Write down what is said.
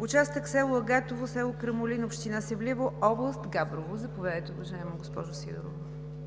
участъка от село Агатово до село Крамолин, община Севлиево, област Габрово. Заповядайте, госпожо Сидорова.